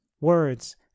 words